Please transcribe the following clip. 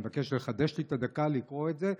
אני מבקש לחדש לי את הדקה לקרוא את זה,